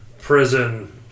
Prison